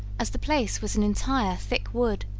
as the place was an entire thick wood,